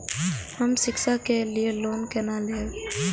हम शिक्षा के लिए लोन केना लैब?